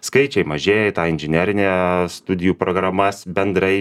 skaičiai mažėja į tą inžinerinę studijų programas bendrai